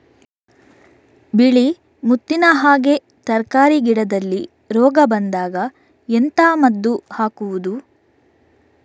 ಬಿಳಿ ಮುತ್ತಿನ ಹಾಗೆ ತರ್ಕಾರಿ ಗಿಡದಲ್ಲಿ ರೋಗ ಬಂದಾಗ ಎಂತ ಮದ್ದು ಹಾಕುವುದು?